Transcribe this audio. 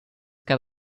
cup